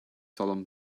solemn